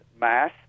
Mass